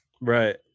Right